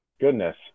Goodness